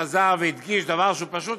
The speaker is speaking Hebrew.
חזר והדגיש דבר שהוא פשוט,